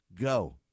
go